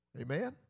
Amen